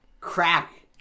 crack